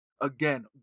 Again